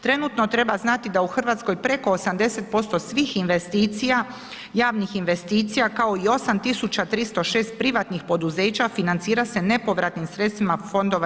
Trenutno treba znati da u Hrvatskoj preko 80% svih investicija, javnih investicija, kao i 8 306 privatnih poduzeća financira se nepovratnim sredstvima EU.